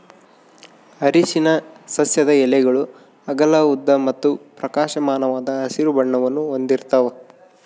ಅರಿಶಿನ ಸಸ್ಯದ ಎಲೆಗಳು ಅಗಲ ಉದ್ದ ಮತ್ತು ಪ್ರಕಾಶಮಾನವಾದ ಹಸಿರು ಬಣ್ಣವನ್ನು ಹೊಂದಿರ್ತವ